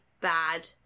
bad